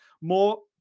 more